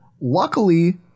Luckily